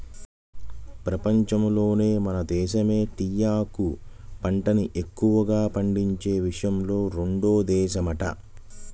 పెపంచంలోనే మన దేశమే టీయాకు పంటని ఎక్కువగా పండించే విషయంలో రెండో దేశమంట